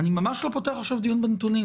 אני ממש לא פותח עכשיו דיון בנתונים.